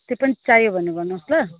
त्यो पनि चाहियो भने भन्नुहोस् ल